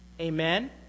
Amen